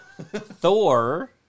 Thor